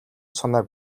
санааг